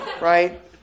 Right